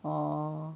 oh